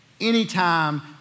anytime